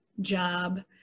job